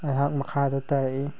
ꯑꯩꯍꯥꯛ ꯃꯈꯥꯗ ꯇꯥꯔꯛꯏ